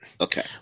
Okay